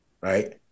right